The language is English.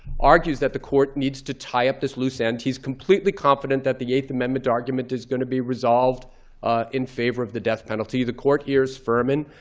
argues that the court needs to tie up this loose end. he's completely confident that the eighth amendment argument is going to be resolved in favor of the death penalty. the court hears furman.